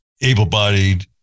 able-bodied